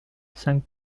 cinq